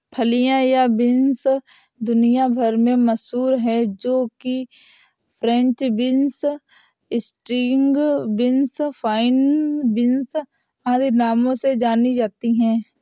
फलियां या बींस दुनिया भर में मशहूर है जो कि French beans, string beans, fine beans आदि नामों से जानी जाती है